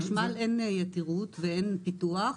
בחשמל אין יתירות ואין פיתוח,